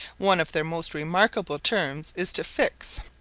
one of their most remarkable terms is to fix.